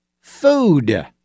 food